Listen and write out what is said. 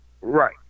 right